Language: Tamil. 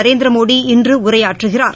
நரேந்திரமோடி இன்று உரையாற்றுகிறார்